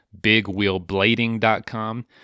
bigwheelblading.com